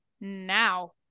now